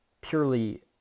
purely